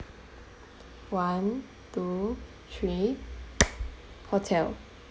one two three hotel